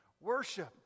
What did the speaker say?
worship